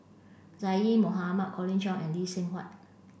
Mohamad Colin Cheong and Lee Seng Huat